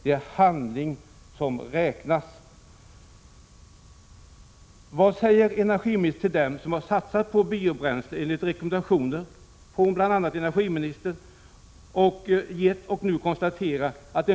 Det är handling som räknas. blir en krona över till ränta och amortering?